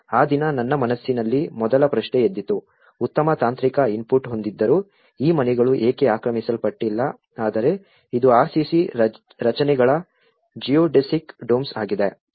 ಆ ದಿನ ನನ್ನ ಮನಸ್ಸಿನಲ್ಲಿ ಮೊದಲ ಪ್ರಶ್ನೆ ಎದ್ದಿತು ಉತ್ತಮ ತಾಂತ್ರಿಕ ಇನ್ಪುಟ್ ಹೊಂದಿದ್ದರೂ ಈ ಮನೆಗಳು ಏಕೆ ಆಕ್ರಮಿಸಲ್ಪಟ್ಟಿಲ್ಲ ಆದರೆ ಇದು RCC ರಚನೆಗಳ ಜಿಯೋಡೆಸಿಕ್ ಡೋಮ್ಸ್ ಆಗಿದೆ